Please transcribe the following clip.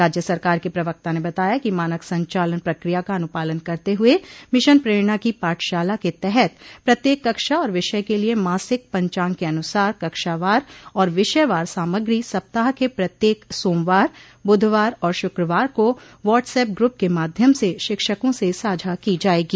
राज्य सरकार के प्रवक्ता ने बताया कि मानक संचालन प्रक्रिया का अनुपालन करते हुए मिशन प्रेरणा की पाठशाला के तहत प्रत्येक कक्षा और विषय के लिये मासिक पंचाग के अनुसार कक्षावार और विषयवार सामग्री सप्ताह के प्रत्येक सोमवार बुधवार और शुक्रवार को वाट्स ऐप ग्रूप के माध्यम से शिक्षकों से साझा की जायेगी